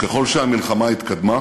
וככל שהמלחמה התקדמה,